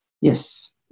Yes